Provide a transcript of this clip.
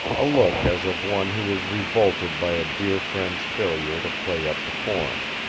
a look as of one who is revolted by a dear friend's failure to play up to form.